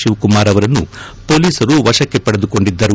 ಶಿವಕುಮಾರ್ ಅವರನ್ನು ಪೊಲೀಸರು ವಶಕ್ಕೆ ಪಡೆದುಕೊಂಡಿದ್ದಾರೆ